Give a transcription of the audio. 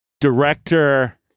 director